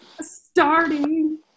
starting